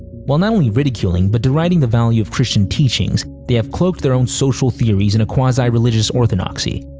while not only ridiculing, but deriding the value of christian teachings, they have cloaked their own social theories in a quasi-religious orthodoxy.